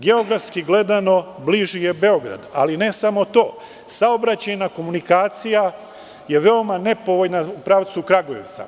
Geografski gledano, bliži je Beograd, ali ne samo to, saobraćajna komunikacija je veoma nepovoljna u pravcu Kragujevca.